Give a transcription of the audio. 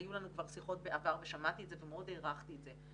היו לנו כבר בשיחות בעבר ושמעתי את זה ומאוד הערכתי את זה.